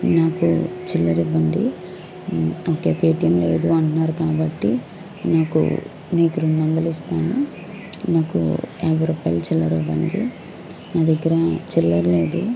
నాకు చిల్లర ఇవ్వండి ఓకే పేటియం లేదు అంటున్నారు కాబట్టి నాకు మీకు రెండు వందలు ఇస్తాను నాకు యాభై రూపాయలు చిల్లర ఇవ్వండి నా దగ్గర చిల్లర లేదు